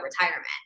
retirement